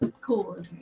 Cool